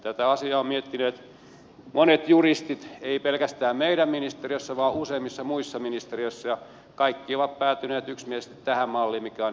tätä asiaa ovat miettineet monet juristit ei pelkästään meidän ministeriössä vaan useimmissa muissa ministeriöissä ja kaikki ovat päätyneet yksimielisesti tähän malliin mikä on esityksessä